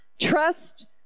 Trust